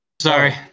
Sorry